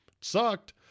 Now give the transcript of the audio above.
Sucked